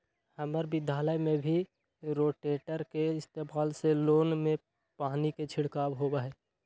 हम्मर विद्यालय में भी रोटेटर के इस्तेमाल से लोन में पानी के छिड़काव होबा हई